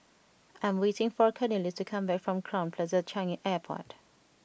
I am waiting for Cornelius to come back from Crowne Plaza Changi Airport